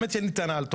אין לי טענה על תומר.